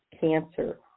cancer